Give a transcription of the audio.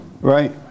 right